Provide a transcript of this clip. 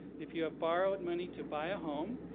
if you have borrowed money to buy a home,